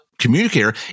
communicator